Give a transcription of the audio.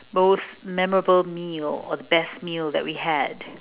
most memorable meal or the best meal that we had